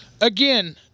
again